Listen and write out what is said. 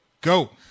Go